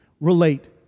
relate